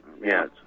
yes